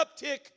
uptick